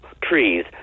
trees